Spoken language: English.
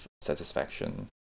satisfaction